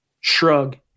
shrug